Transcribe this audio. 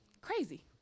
Crazy